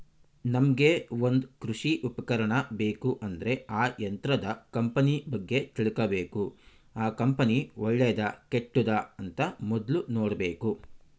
ನಮ್ಗೆ ಒಂದ್ ಕೃಷಿ ಉಪಕರಣ ಬೇಕು ಅಂದ್ರೆ ಆ ಯಂತ್ರದ ಕಂಪನಿ ಬಗ್ಗೆ ತಿಳ್ಕಬೇಕು ಆ ಕಂಪನಿ ಒಳ್ಳೆದಾ ಕೆಟ್ಟುದ ಅಂತ ಮೊದ್ಲು ನೋಡ್ಬೇಕು